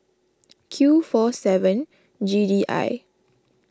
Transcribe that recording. Q four seven G D I